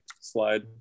slide